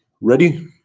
Ready